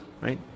right